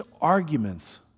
arguments